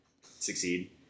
succeed